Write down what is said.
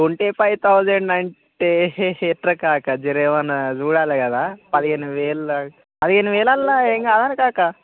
twenty five thousand అంటే ఎట్రా కాకా కొంచెం జర ఏమన్నా చూడాలే కదా పదిహేను వేలు దాకా పదిహేను వేలల్లో ఏం కాదా కాకా